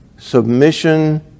Submission